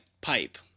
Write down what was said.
pipe